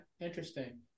Interesting